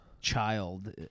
child